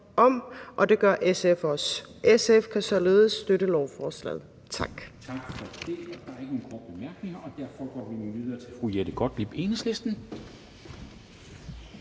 om, og det gør SF også. SF kan således støtte lovforslaget. Tak.